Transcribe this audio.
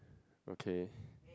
okay